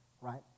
right